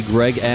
Greg